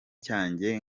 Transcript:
cyanjye